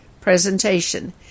presentation